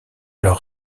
leur